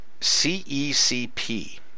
CECP